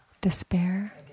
despair